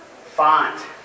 font